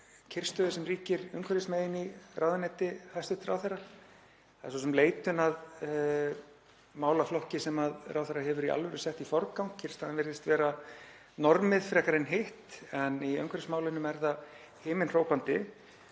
kyrrstöðu sem ríkir umhverfismegin í ráðuneyti hæstv. ráðherra. Það er svo sem leitun að málaflokki sem ráðherra hefur í alvöru sett í forgang. Kyrrstaðan virðist vera normið frekar en hitt en í umhverfismálunum er hún himinhrópandi.